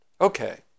Okay